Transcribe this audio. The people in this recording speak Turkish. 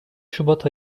şubat